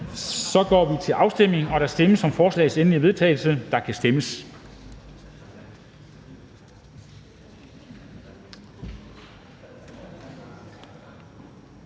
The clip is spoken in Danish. (Henrik Dam Kristensen): Der stemmes om forslagets endelige vedtagelse, og der kan stemmes.